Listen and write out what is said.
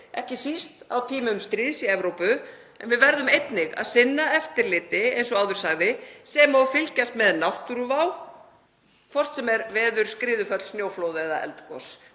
ekki síst á tímum stríðs í Evrópu, en við verðum einnig að sinna eftirliti, eins og áður sagði, sem og að fylgjast með náttúruvá, hvort sem það er veður, skriðuföll, snjóflóð eða eldgos.